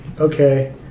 okay